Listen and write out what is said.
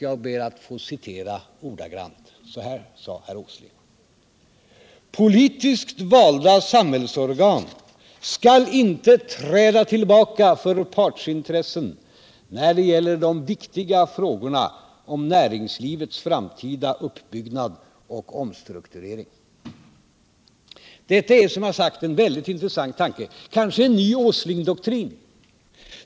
Jag ber att få citera ordagrant vad herr Åsling sade: ”Politiskt valda samhällsorgan skall inte träda tillbaka för partsintressen, när det gäller de viktiga frågorna om näringslivets framtida uppbyggnad och strukturering.” Det är, som jag har nämnt, en väldigt intressant tanke, kanske en ny Åslingdoktrin.